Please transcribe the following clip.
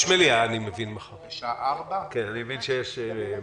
אני מבין שמחר יש מליאה בשעה 4. זה פתוח.